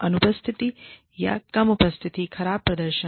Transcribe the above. अनुपस्थिति या कम उपस्थिति खराब प्रदर्शन